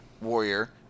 Warrior